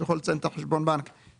הוא יכול לציין את חשבון הבנק.